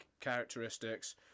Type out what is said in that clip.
characteristics